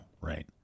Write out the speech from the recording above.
right